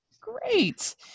Great